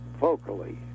vocally